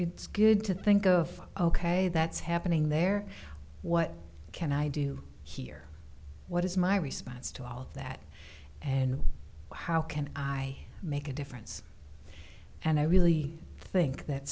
it's good to think of ok that's happening there what can i do here what is my response to all that and how can i make a difference and i really think that